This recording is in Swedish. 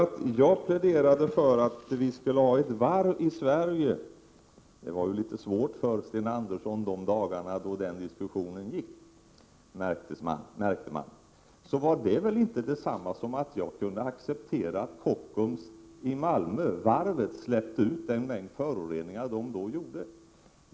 Att jag pläderade för att vi skulle ha ett varv i Sverige — det var litet svårt för Sten Andersson i Malmö de dagarna då den diskussionen gick, märkte man — var väl inte detsamma som att jag kunde acceptera den mängd föroreningar som Kockums varv i Malmö då släppte ut.